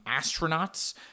astronauts